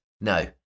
No